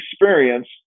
experience